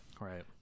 Right